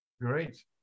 great